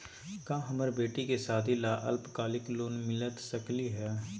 का हमरा बेटी के सादी ला अल्पकालिक लोन मिलता सकली हई?